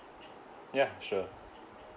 ya sure